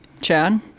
Chad